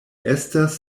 estas